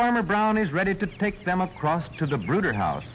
farmer brown is ready to take them across to the broader house